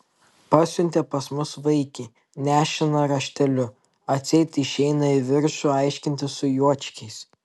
pasiuntė pas mus vaikį nešiną rašteliu atseit išeina į viršų aiškintis su juočkiais